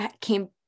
came